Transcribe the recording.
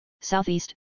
southeast